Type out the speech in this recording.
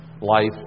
Life